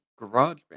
GarageBand